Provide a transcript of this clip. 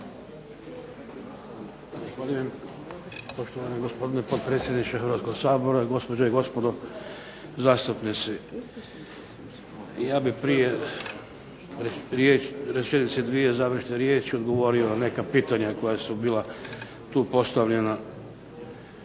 Mato** Poštovani gospodine potpredsjedniče Hrvatskog sabora, gospođe i gospodo zastupnici. Ja bih prije rečenice dvije završne riječi odgovorio na neka pitanja koja su bila tu postavljena.